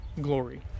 glory